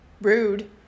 rude